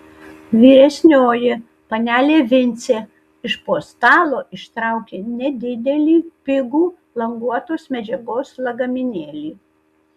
vyresnioji panelė vincė iš po stalo ištraukė nedidelį pigų languotos medžiagos lagaminėlį